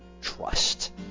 trust